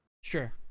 sure